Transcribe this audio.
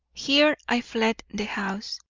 here i fled the house.